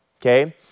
okay